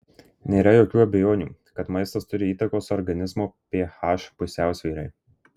nėra jokių abejonių kad maistas turi įtakos organizmo ph pusiausvyrai